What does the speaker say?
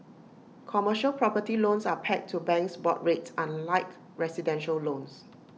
commercial property loans are pegged to banks board rates unlike residential loans